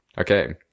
Okay